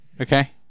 Okay